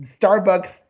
Starbucks